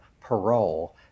parole